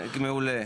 מעולה.